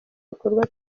bikorwa